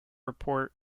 report